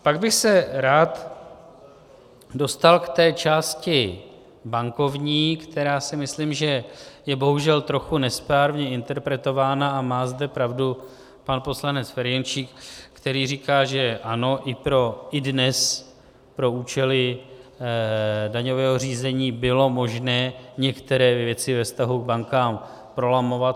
Pak bych se rád dostal k části bankovní, která si myslím, že je bohužel trochu nesprávně interpretována, a má zde pravdu pan poslanec Ferjenčík, který říká, že i dnes pro účely daňového řízení bylo možné některé věci ve vztahu k bankám prolamovat.